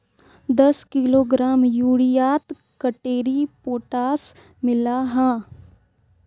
दस किलोग्राम यूरियात कतेरी पोटास मिला हाँ?